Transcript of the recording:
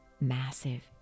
massive